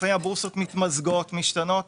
לפעמים הבורסות מתמזגות, משתנות.